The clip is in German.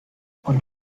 und